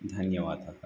धन्यवादः